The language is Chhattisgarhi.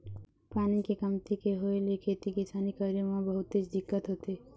पानी के कमती के होय ले खेती किसानी करे म बहुतेच दिक्कत होथे